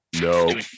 No